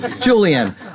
Julian